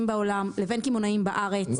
בעולם לבין קמעונאים בעולם לבין קמעונאים בארץ,